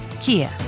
Kia